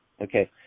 Okay